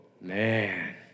man